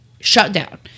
shutdown